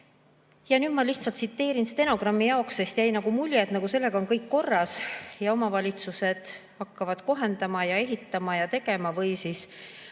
Ja nüüd ma lihtsalt tsiteerin stenogrammi jaoks, sest jäi mulje, et sellega on kõik korras ja omavalitsused hakkavad kohendama ja ehitama ja tegema või maksma